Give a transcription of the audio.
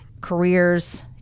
careers